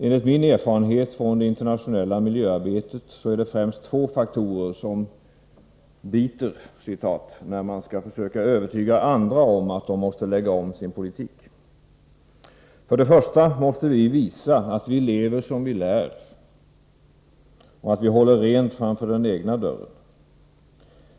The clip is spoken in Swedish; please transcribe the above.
Enligt min erfarenhet från det internationella miljöarbetet är det främst två faktorer som ”biter” när man skall försöka övertyga andra om att de måste lägga om sin politik. För det första måste vi visa att vi lever som vi lär och att vi håller rent framför den egna dörren.